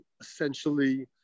essentially